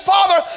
Father